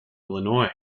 illinois